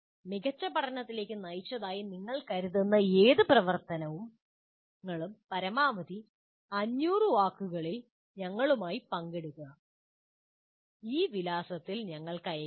മികച്ച പഠനത്തിലേക്ക് നയിച്ചതായി നിങ്ങൾ കരുതുന്ന ഏത് പ്രവർത്തനങ്ങളും പരമാവധി 500 വാക്കുകളിൽ ഞങ്ങളുമായി പങ്കിടുക ഈ വിലാസത്തിൽ ഞങ്ങൾക്ക് അയയ്ക്കുക